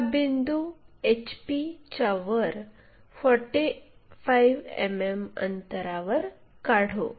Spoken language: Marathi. हा बिंदू HP च्यावर 45 मिमी अंतरावर काढू